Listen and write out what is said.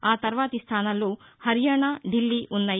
ఆ తర్వాతి స్దానాల్లో హర్యాణా ఢిల్లీ ఉన్నాయి